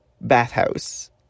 bathhouse